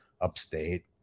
Upstate